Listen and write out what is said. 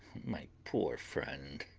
my poor friend,